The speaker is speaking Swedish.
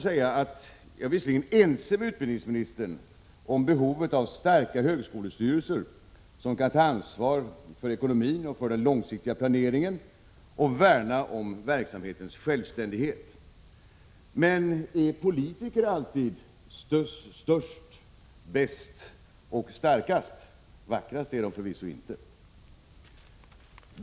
Jag är visserligen ense med utbildningsministern om behovet av starka högskolestyrelser, som kan ta ansvar för ekonomin och den långsiktiga planeringen och värna om verksamhetens självständighet. Men är en politiker alltid störst, bäst och starkast? Vackrast är de förvisso inte.